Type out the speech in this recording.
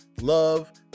love